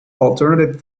alternative